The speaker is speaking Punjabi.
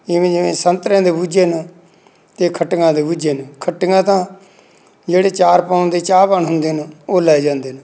ਜਿਵੇਂ ਜਿਵੇਂ ਸੰਤਰਿਆਂ ਦੇ ਬੂਝੇ ਨੇ ਅਤੇ ਖੱਟੀਆਂ ਦੇ ਬੂਝੇ ਨੇ ਖੱਟੀਆਂ ਤਾਂ ਜਿਹੜੇ ਅਚਾਰ ਪਾਉਣ ਦੇ ਚਾਹਵਾਨ ਹੁੰਦੇ ਨੇ ਉਹ ਲੈ ਜਾਂਦੇ ਨੇ